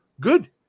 good